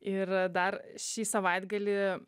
ir dar šį savaitgalį